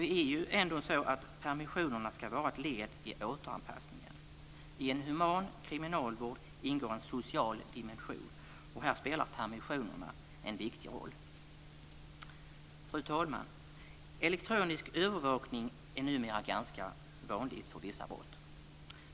Det är ändå så att permissionerna ska vara ett led i återanpassningen. I en human kriminalvård ingår en social dimension, och här spelar permissionerna en viktig roll. Fru talman! Elektronisk övervakning är numera ganska vanlig för vissa brott.